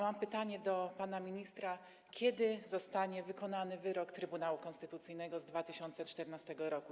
Mam pytanie do pana ministra: Kiedy zostanie wykonany wyrok Trybunału Konstytucyjnego z 2014 r.